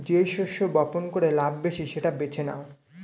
যেই শস্য বপন করে লাভ বেশি সেটা বেছে নেওয়া